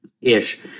ish